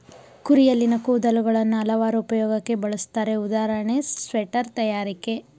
ಕುರಿಯಲ್ಲಿನ ಕೂದಲುಗಳನ್ನು ಹಲವಾರು ಉಪಯೋಗಕ್ಕೆ ಬಳುಸ್ತರೆ ಉದಾಹರಣೆ ಸ್ವೆಟರ್ ತಯಾರಿಕೆ